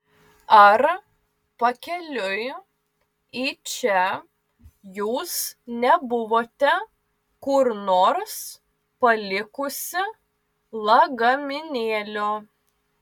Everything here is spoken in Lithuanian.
ar pakeliui į čia jūs nebuvote kur nors palikusi lagaminėlio